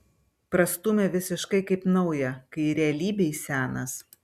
prastūmė visiškai kaip naują kai realybėj senas